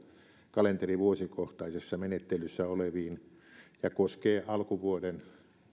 kalenterivuosikohtaisessa menettelyssä oleviin ja koskee alkuvuoden